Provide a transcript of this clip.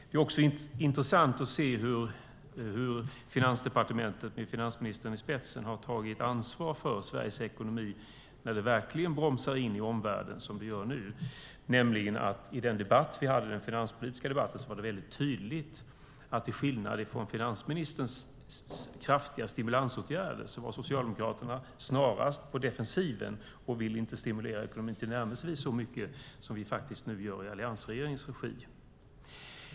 Det är också intressant att se hur Finansdepartementet med finansministern i spetsen har tagit ansvar för Sveriges ekonomi när det verkligen bromsar in i omvärlden som det gör nu. I den finanspolitiska debatt vi hade var det tydligt att till skillnad från finansministerns kraftiga stimulansåtgärder var Socialdemokraterna snarast på defensiven och ville inte stimulera ekonomin tillnärmelsevis så mycket som vi nu gör i alliansregeringens regi.